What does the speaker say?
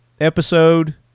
episode